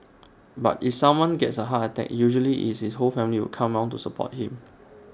but if someone gets A heart attack usually is his whole family would come around to support him